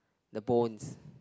the bones